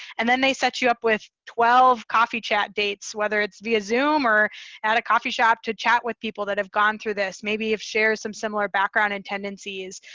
and then they set you up with twelve coffee chat dates, whether it's via zoom or at a coffee shop to chat with people that have gone through this. maybe if share some similar background and tendencies.